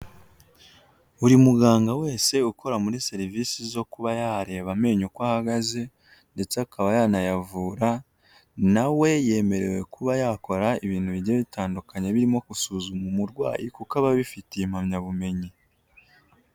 Buri muganga wese ukora muri serivisi zo kuba yareba amenyo uko ahagaze ndetse akaba yanayavura, na we yemerewe kuba yakora ibintu bigiye bitandukanye birimo gusuzuma umurwayi kuko aba abifitiye impamyabumenyi.